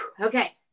Okay